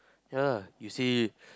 ya lah you say